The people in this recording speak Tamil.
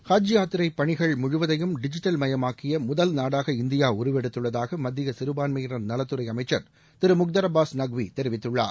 ஹஜ் யாத்திரை பணிகள் முழுவதையும் டிஜிட்டல் மயமாக்கிய முதல் நாடாக இந்தியா உருவெடுத்துள்ளதாக மத்திய சிறுபான்மையினர் நலத்துறை அமைச்சர் திரு முக்தார் அப்பாஸ் நக்வி தெரிவித்துள்ளார்